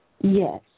Yes